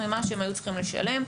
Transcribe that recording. ממה שהם היו צריכים לשלם,